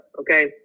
Okay